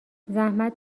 زحمت